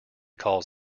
calls